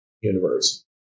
universe